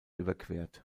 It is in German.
überquert